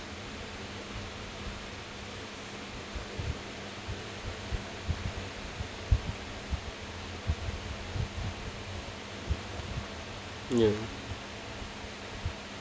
ya